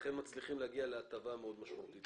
לכן מצליחים להגיע להטבה משמעותית מאוד.